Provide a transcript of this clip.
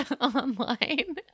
online